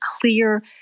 clear